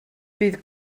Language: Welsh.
bydd